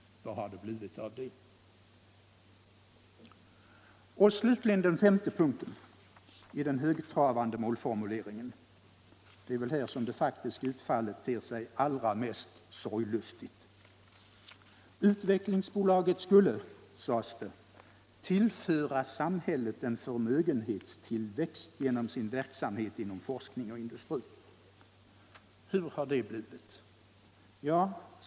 Vad har det blivit av det? Vad slutligen den sista punkten i den högtravande målformuleringen beträffar är det väl här som det faktiska utfallet ter sig ullra mest sorglustigt. Svenska Utveeklingsaktiebolaget skulle, sades det. tillföra samhället en förmögenhetstillväxt genom sin verksamhet inom forskning och industri. Vad har det blivit?